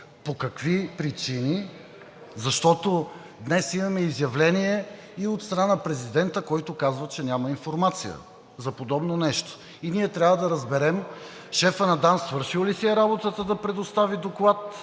по какви причини? Защото днес имаме изявление и от страна на президента, който казва, че няма информация за подобно нещо. И ние трябва да разберем шефът на ДАНС свършил ли си е работата да предостави доклад,